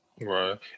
right